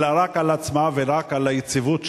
אלא רק על עצמה ורק על היציבות שלה,